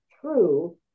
true